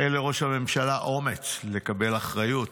אין לראש הממשלה אומץ לקבל אחריות,